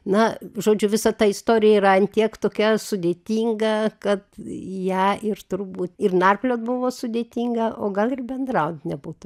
na žodžiu visa ta istorija yra ant tiek tokia sudėtinga kad ją ir turbūt ir narpliot buvo sudėtinga o gal ir bendraut nebūtų